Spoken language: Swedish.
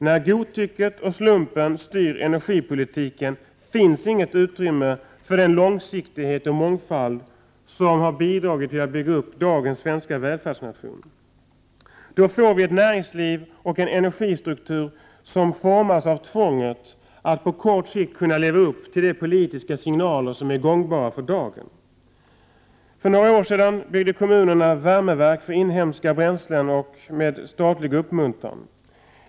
När godtycket och slumpen styr energipolitiken finns det inte något utrymme för den långsiktighet och mångfald, som har bidragit till att bygga dagens svenska välfärdsnation. Då får vi ett näringsliv och en energistruktur som formas av tvånget att på kort sikt kunna leva upp till de politiska signaler som är gångbara för dagen. För några år sedan byggde kommunerna med statlig uppmuntran värme verk för inhemska bränslen.